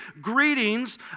greetings